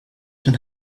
den